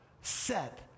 set